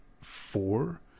four